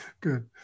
good